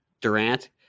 Durant